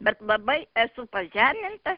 bet labai esu pažeminta